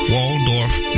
Waldorf